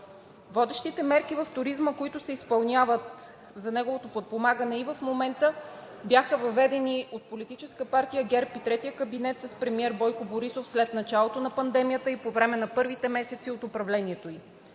Водещите мерки в туризма, които се изпълняват за неговото подпомагане и в момента, бяха въведени от Политическа партия ГЕРБ и третия кабинет с премиер Бойко Борисов след началото на пандемията и по време на първите месеци от управлението ѝ,